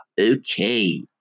Okay